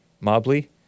Mobley